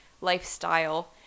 lifestyle